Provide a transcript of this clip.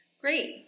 Great